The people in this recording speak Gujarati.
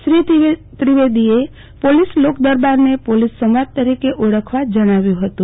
શ્રી ત્રિવેદીએ પોલીસ લોકદરબારને પો લીસ સંવાદ તરીકે ઓળખવવા જણાવયું હતું